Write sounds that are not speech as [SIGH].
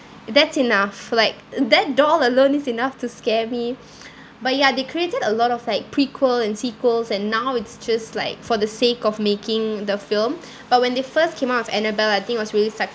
that's enough like that doll alone is enough to scare me [NOISE] but ya they created a lot of like prequel and sequels and now it's just like for the sake of making the film but when they first came up with annabelle I think it was really